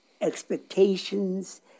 expectations